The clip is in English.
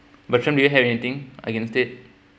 bertrand do you have anything against it